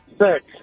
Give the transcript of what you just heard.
Six